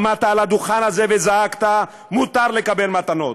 עמדת על הדוכן הזה וזעקת: מותר לקבל מתנות.